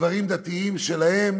בדברים דתיים שלהם